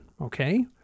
okay